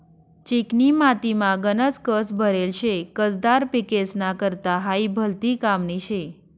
चिकनी मातीमा गनज कस भरेल शे, कसदार पिकेस्ना करता हायी भलती कामनी शे